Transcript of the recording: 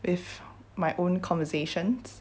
with my own conversations